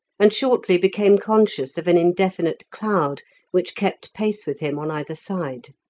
and shortly became conscious of an indefinite cloud which kept pace with him on either side.